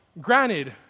granted